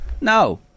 no